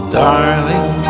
darling